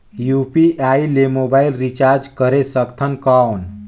UPI ले mobile recharge करे सकथन कौन?